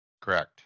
Correct